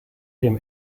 him